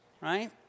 right